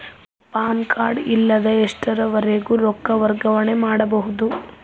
PAN card ಇಲ್ಲದ ಎಷ್ಟರವರೆಗೂ ರೊಕ್ಕ ವರ್ಗಾವಣೆ ಮಾಡಬಹುದು?